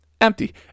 empty